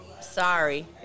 sorry